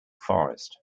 forest